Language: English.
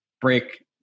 break